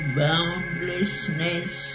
boundlessness